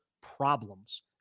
problems